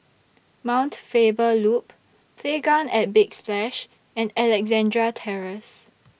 Mount Faber Loop Playground At Big Splash and Alexandra Terrace